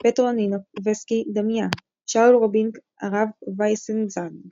פטרו נינאובסקי - דמיאן שאול רובינק - הרב ווייסנזאנג